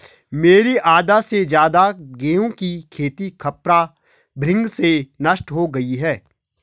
मेरी आधा से ज्यादा गेहूं की खेती खपरा भृंग से नष्ट हो गई